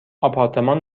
آپارتمان